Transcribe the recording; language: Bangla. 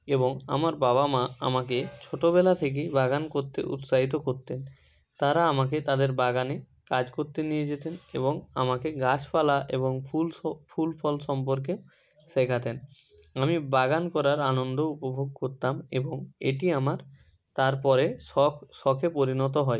এবং আমার বাবা মা আমাকে ছোটবেলা থেকেই বাগান করতে উৎসাহিত করতেন তারা আমাকে তাদের বাগানে কাজ করতে নিয়ে যেতেন এবং আমাকে গাছপালা এবং ফুল স ফুল ফল সম্পর্কে শেখাতেন আমি বাগান করার আনন্দ উপভোগ করতাম এবং এটি আমার তার পরে শখ শখে পরিণত হয়